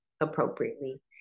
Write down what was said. appropriately